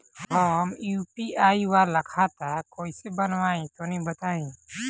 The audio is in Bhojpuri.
हम यू.पी.आई वाला खाता कइसे बनवाई तनि बताई?